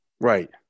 Right